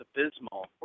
abysmal